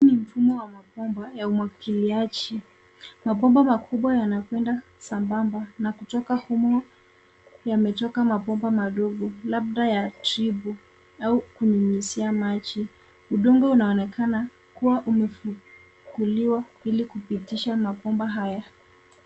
Hii ni mfumo wa mabomba ya umwagiliaji. Mabomba makubwa yanakwenda sambamba na kutoka humo yametoka mabomba madogo labda ya shibu au kunyunyuzia maji. Udongo unaonekana kuwa umefukuliwa ili kupitisha mabomba haya.